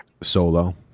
Solo